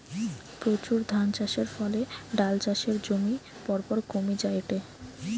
প্রচুর ধানচাষের ফলে ডাল চাষের জমি পরপর কমি জায়ঠে